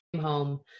home